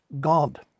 God